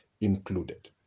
included